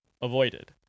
avoided